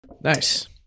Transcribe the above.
Nice